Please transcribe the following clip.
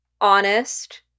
honest